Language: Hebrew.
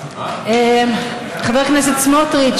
חבר הכנסת סמוטריץ,